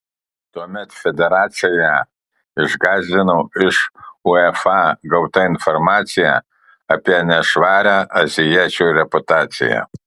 tuomet federaciją išgąsdino iš uefa gauta informacija apie nešvarią azijiečių reputaciją